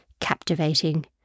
Captivating